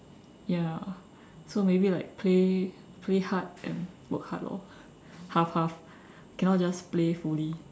ya so maybe like play play hard and work hard lor half half cannot just play fully